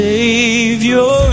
Savior